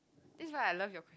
this is why I love your question